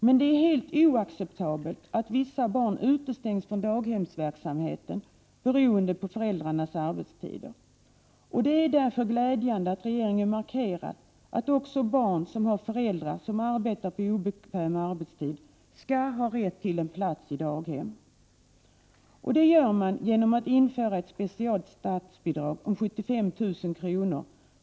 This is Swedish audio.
Men det är helt oacceptabelt att vissa barn utestängs från daghemsverksamheten beroende på föräldrarnas arbetstider. Det är därför glädjande att regeringen markerat att också barn som har föräldrar som arbetar på obekväm arbetstid skall ha rätt till plats i daghem. Detta gör man genom att införa ett speciellt statsbidrag om 75 000 kr.